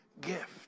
gift